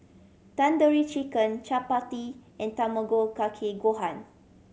Tandoori Chicken Chapati and Tamago Kake Gohan